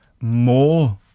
more